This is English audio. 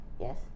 Yes